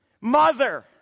Mother